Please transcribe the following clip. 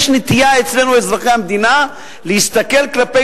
יש נטייה אצלנו אזרחי המדינה להסתכל כלפי